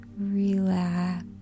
Relax